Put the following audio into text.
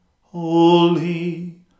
holy